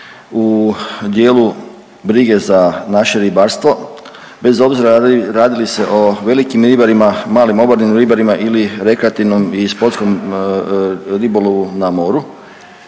u dijelu brige za naše ribarstvo bez obzira radi li se o velikim ribarima, malim obalnim ribarima ili rekreativnom i sportskom ribolovu na moru.